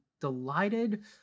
delighted